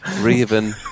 Raven